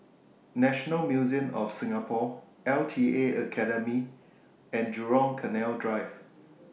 National Museum of Singapore LTA Academy and Jurong Canal Drive